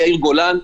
יאיר גולן,